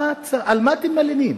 על מה אתם מלינים?